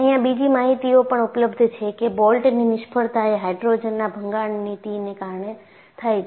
અહિયાં બીજી માહિતીઓ પણ ઉપલબ્ધ છે કે બોલ્ટની નિષ્ફળતા એ હાઇડ્રોજનના ભંગાણનીતિ ને કારણે થાય છે